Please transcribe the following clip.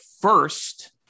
first